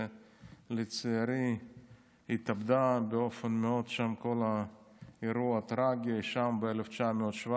שלצערי היא התאבדה באירוע מאוד טרגי ב-1917.